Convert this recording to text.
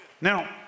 Now